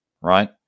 right